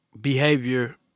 behavior